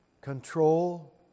control